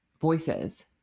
voices